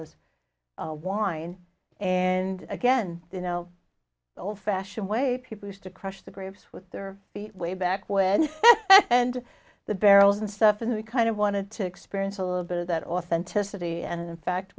as a wine and again you know the old fashioned way people used to crush the grapes with their feet way back when and the barrels and stuff and we kind of wanted to experience a little bit of that authenticity and in fact